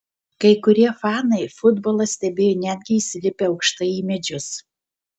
kai kurie fanai futbolą stebėjo netgi įsilipę aukštai į medžius